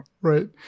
right